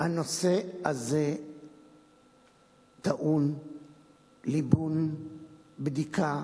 הנושא הזה טעון ליבון, בדיקה,